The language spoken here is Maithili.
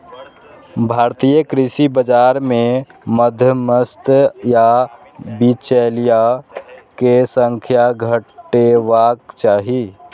भारतीय कृषि बाजार मे मध्यस्थ या बिचौलिया के संख्या घटेबाक चाही